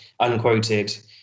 unquoted